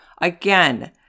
again